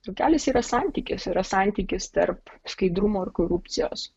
vokelis yra santykis yra santykis tarp skaidrumo ir korupcijos